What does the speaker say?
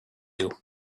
you